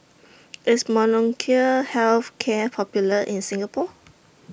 IS Molnylcke Health Care Popular in Singapore